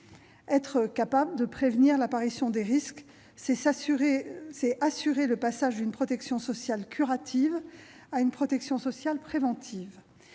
être capables de prévenir l'apparition des risques en assurant le passage d'une protection sociale curative à une protection sociale préventive,